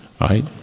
right